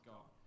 God